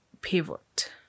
pivot